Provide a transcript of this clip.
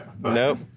Nope